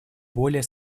более